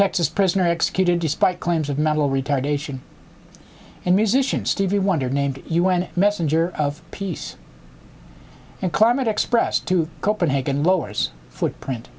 texas prisoner executed despite claims of mental retardation and musician stevie wonder named u n messenger of peace and climate express to copenhagen lowers footprint